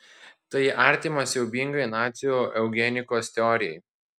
tai artima siaubingai nacių eugenikos teorijai